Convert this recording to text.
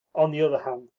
on the other hand,